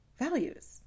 values